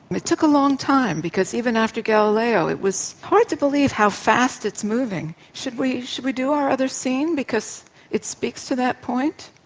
it took a long time, because even after galileo it was hard to believe how fast it's moving. should we should we do our other scene, because it speaks to that point?